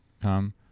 come